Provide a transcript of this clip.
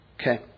Okay